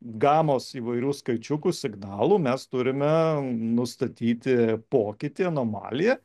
gamos įvairių skaičiukų signalų mes turime nustatyti pokytį anomaliją